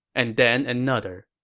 and then another.